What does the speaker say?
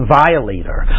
violator